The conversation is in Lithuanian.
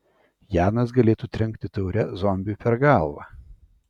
janas galėtų trenkti taure zombiui per galvą